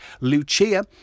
Lucia